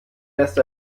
lässt